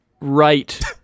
right